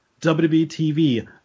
WBTV